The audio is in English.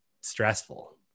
stressful